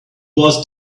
was